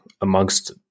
amongst